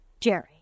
Jerry